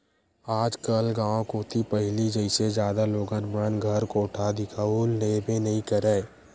आजकल गाँव कोती पहिली जइसे जादा लोगन मन घर कोठा दिखउल देबे नइ करय